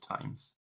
times